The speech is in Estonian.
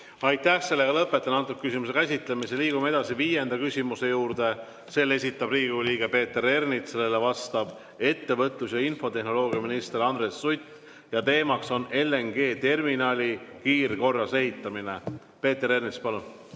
Aitäh! Lõpetan selle küsimuse käsitlemise. Liigume edasi, viienda küsimuse juurde. Selle esitab Riigikogu liige Peeter Ernits, sellele vastab ettevõtlus‑ ja infotehnoloogiaminister Andres Sutt ja teema on LNG-terminali kiirkorras ehitamine. Peeter Ernits, palun!